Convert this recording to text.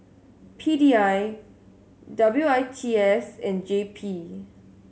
P D I W I T S and J P